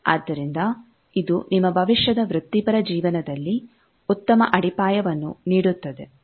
ಆದ್ದರಿಂದ ಇದು ನಿಮ್ಮ ಭವಿಷ್ಯದ ವೃತ್ತಿಪರ ಜೀವನದಲ್ಲಿ ಉತ್ತಮ ಅಡಿಪಾಯವನ್ನು ನೀಡುತ್ತದೆ